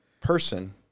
person